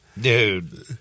Dude